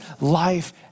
life